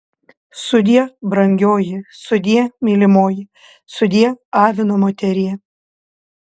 sudie brangioji sudie mylimoji sudie avino moterie